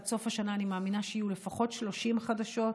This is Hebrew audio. עד סוף השנה אני מאמינה שיהיו לפחות 30 חדשות.